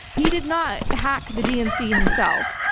he did not hack the dnc himself.